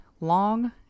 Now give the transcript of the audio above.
long